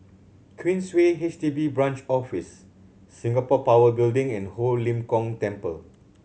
Queensway H D B Branch Office Singapore Power Building and Ho Lim Kong Temple